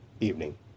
evening